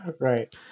Right